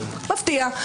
מפתיע.